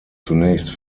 zunächst